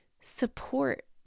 support